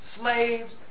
slaves